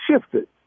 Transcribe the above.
shifted